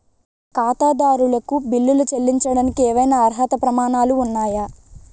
ఖాతాదారులకు బిల్లులు చెల్లించడానికి ఏవైనా అర్హత ప్రమాణాలు ఉన్నాయా?